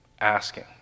asking